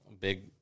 big